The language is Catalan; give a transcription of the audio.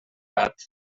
gat